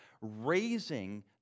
raising